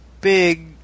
big